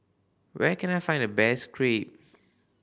where can I find the best Crepe